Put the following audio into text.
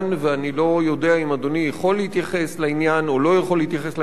ואני לא יודע אם אדוני יכול להתייחס לעניין או לא יכול להתייחס לעניין,